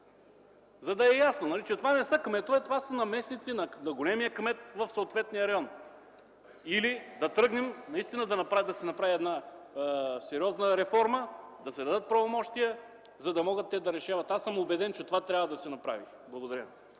за да е ясно, че това не са кметове, това са наместници на големия кмет в съответния район или наистина да се направи една сериозна реформа, да се дадат правомощия, за да могат те да решават. Аз съм убеден, че това трябва да се направи. Благодаря.